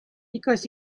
because